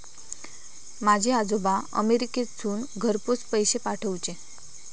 माझे आजोबा अमेरिकेतसून घरपोच पैसे पाठवूचे